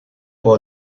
può